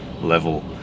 level